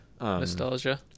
nostalgia